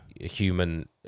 human